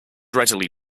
readily